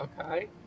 Okay